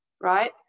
right